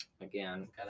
Again